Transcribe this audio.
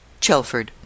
Chelford